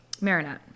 marinette